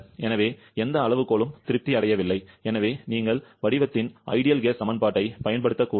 எனவே எந்த அளவுகோலும் திருப்தி அடையவில்லை எனவே நீங்கள் வடிவத்தின் சிறந்த வாயு சமன்பாட்டைப் பயன்படுத்தக்கூடாது